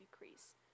decrease